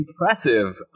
impressive